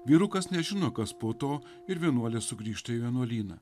vyrukas nežino kas po to ir vienuolė sugrįžta į vienuolyną